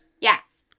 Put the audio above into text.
Yes